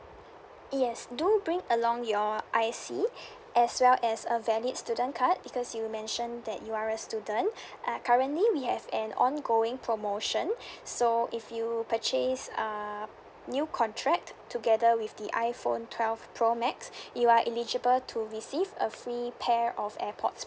yes do bring along your I_C as well as a valid student card because you mentioned that you are a student uh currently we have an ongoing promotion so if you purchase a new contract together with the iphone twelve pro max you are eligible to receive a free pair of airpods